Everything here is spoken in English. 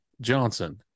johnson